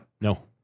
No